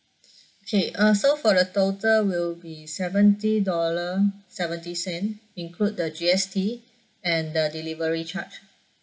okay uh so for the total will be seventy dollar seventy sen include the G_S_T and the delivery charge